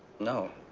no.